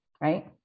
right